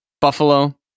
Buffalo